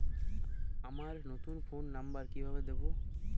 আমার নতুন phone number কিভাবে দিবো?